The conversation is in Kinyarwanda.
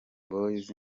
boys